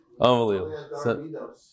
Unbelievable